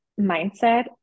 mindset